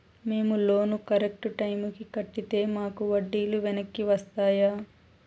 మేము loan correct టైముకి కట్టితే మాకు వడ్డీ లు వెనక్కి వస్తాయా?